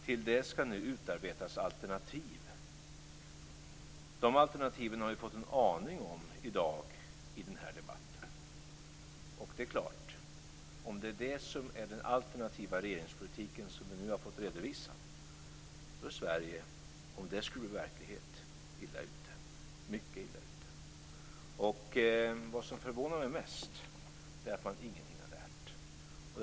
Till det skall nu utarbetas alternativ. De alternativen har vi fått en aning om i dag i denna debatt. Det är klart: Om det är det som vi nu har fått redovisat som är den alternativa regeringspolitiken, och om den skulle bli verklighet, är Sverige mycket illa ute. Vad som förvånar mig mest är att man ingenting har lärt.